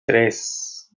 tres